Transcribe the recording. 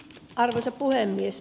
arvoisa puhemies